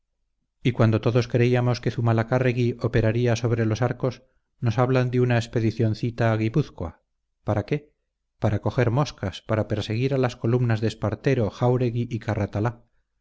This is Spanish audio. y cuando todos creíamos que zumalacárregui operaría sobre los arcos nos hablan de una expedicioncita a guipúzcoa para qué para coger moscas para perseguir a las columnas de espartero jáuregui y